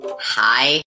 Hi